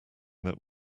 that